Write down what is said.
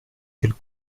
quelle